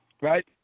Right